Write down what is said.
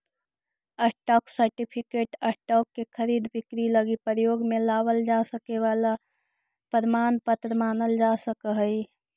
stock certificate stock के खरीद बिक्री लगी प्रयोग में लावल जा सके वाला प्रमाण पत्र मानल जा सकऽ हइ